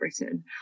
Britain